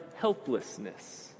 helplessness